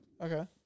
Okay